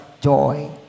Joy